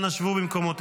אנא, שבו במקומותיכם.